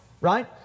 right